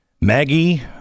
Maggie